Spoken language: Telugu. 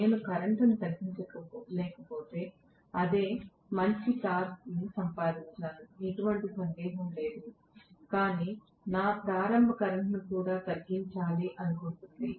నేను కరెంటును తగ్గించలేకపోతే అదే మంచి టార్క్ సంపాదించాను ఎటువంటి సందేహం లేదు కాని నా ప్రారంభ కరెంట్ను కూడా తగ్గించాలి అనుకుంటుంది